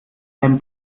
ein